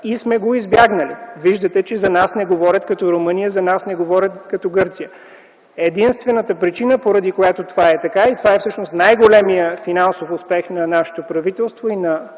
и сме го избегнали. Виждате, че за нас не говорят като Румъния, за нас не говорят като Гърция. Единствената причина, поради която това е така и това всъщност е най-големият финансов успех на нашето правителство и на